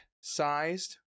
sized